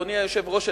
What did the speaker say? אדוני היושב-ראש,